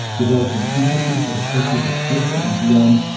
developing empathy for the cultures of asia and beyond,